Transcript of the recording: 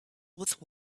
with